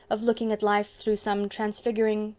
of looking at life through some transfiguring.